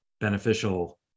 beneficial